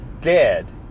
dead